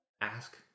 ask